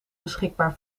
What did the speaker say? beschikbaar